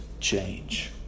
change